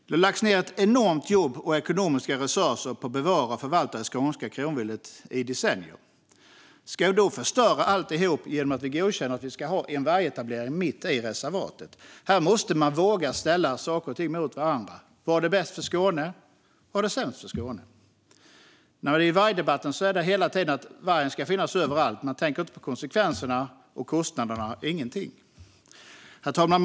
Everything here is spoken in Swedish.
Det har lagts ned ett enormt jobb och ekonomiska resurser på att bevara och förvalta det skånska kronviltet i decennier. Ska vi då förstöra alltihop genom att godkänna vargetablering mitt i reservatet? Här måste man våga ställa saker och ting mot varandra. Vad är bäst för Skåne? Vad är sämst för Skåne? I debatten sägs det hela tiden att vargen ska finnas överallt. Man tänker varken på konsekvenserna eller kostnaderna. Herr talman!